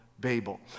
Babel